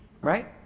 Right